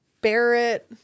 Barrett